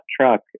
truck